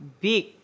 big